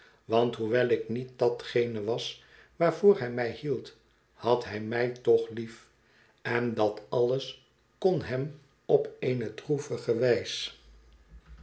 want hoewel ik niet da'tgene was waarvoor hij mij hield had hij mij toch lief en dat alles kon hem op eene droevige wijs